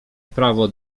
prawo